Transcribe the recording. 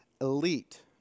elite